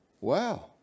wow